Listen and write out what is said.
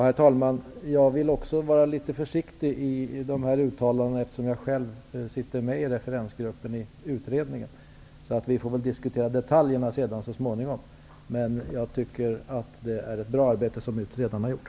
Herr talman! Jag vill också vara litet försiktig i de här uttalandena, eftersom jag själv sitter med i referensgruppen i utredningen. Vi får väl diskutera detaljerna så småningom. Jag tycker att utredarna har gjort ett bra arbete.